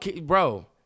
bro